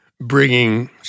bringing